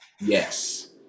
yes